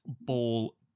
ball